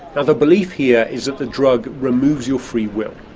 ah the belief here is that the drug removes your free will.